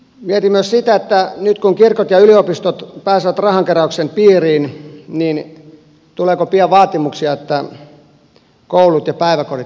mietin myös sitä kun nyt kirkot ja yliopistot pääsevät rahankeräyksen piiriin tuleeko pian vaatimuksia että koulut ja päiväkoditkin saisivat kerätä rahaa